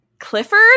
clifford